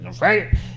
Right